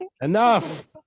Enough